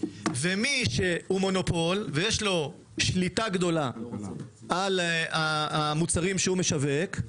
ומי שהוא מונופול ויש לו שליטה גדולה על המוצרים שהוא משווק,